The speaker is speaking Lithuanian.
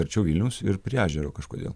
arčiau vilniaus ir prie ežero kažkodėl